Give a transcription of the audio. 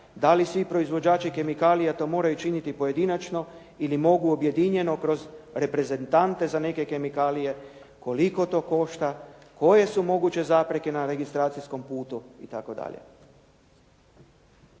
da li svi proizvođači kemikalija to moraju činiti pojedinačno ili mogu objedinjeno kroz reprezentante za neke kemikalije, koliko to košta, koje su moguće zapreke na registracijskom putu itd.